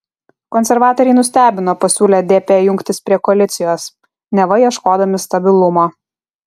konservatoriai nustebino pasiūlę dp jungtis prie koalicijos neva ieškodami stabilumo